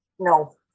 No